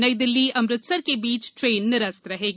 नई दिल्ली अमृतसर के बीच ट्रेन निरस्त रहेगी